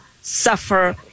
suffer